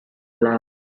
plaza